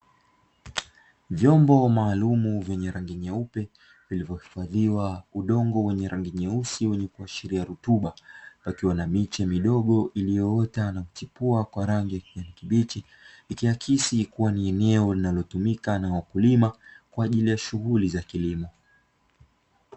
Vyombo maalumu vyenye rangi nyeupe vilivyohifadhiwa udongo wenye rangi nyeusi wenye kuashiria rutuba, pakiwa na miche midogo iliyoota na kuchipua kwa rangi ya kijani kibichi, ikiakisi kuwa ni eneo linalotumika na wakulima kwa ajili ya shughuli za kilimo.